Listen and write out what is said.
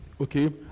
okay